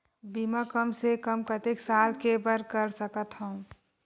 बीमा कम से कम कतेक साल के बर कर सकत हव?